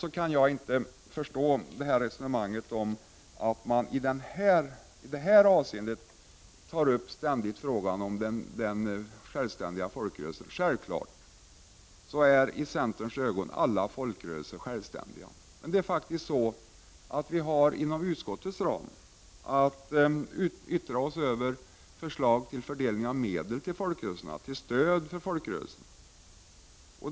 Jag kan sedan inte förstå att man ständigt diskuterar frågan om den självständiga folkrörelsen. I centerns ögon är självklart alla folkrörelser självständiga. Men vi har faktiskt inom utskottets ram att yttra oss över förslag till fördelning av medel och stöd till folkrörelserna.